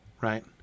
right